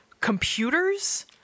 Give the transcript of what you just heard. computers